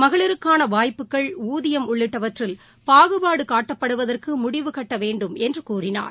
மகளிருக்கான வாய்ப்புகள் ஊதியம் உள்ளிட்டவற்றில் பாகுபாடு காட்டப்படுவதற்கு முடிவுகட்டவேண்டும் என்று கூறினார்